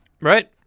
Right